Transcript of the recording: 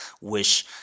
wish